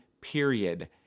period